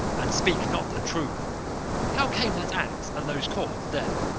and speak not the truth how came that axe and those cords there?